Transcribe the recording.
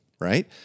right